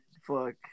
fuck